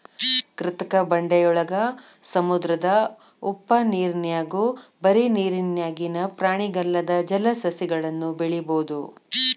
ಕೃತಕ ಬಂಡೆಯೊಳಗ, ಸಮುದ್ರದ ಉಪ್ಪನೇರ್ನ್ಯಾಗು ಬರಿ ನೇರಿನ್ಯಾಗಿನ ಪ್ರಾಣಿಗಲ್ಲದ ಜಲಸಸಿಗಳನ್ನು ಬೆಳಿಬೊದು